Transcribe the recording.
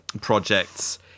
projects